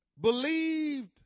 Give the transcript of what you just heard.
Believed